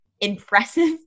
impressive